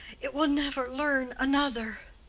it will never learn another.